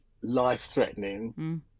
life-threatening